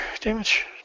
damage